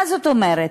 מה זאת אומרת,